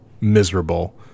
miserable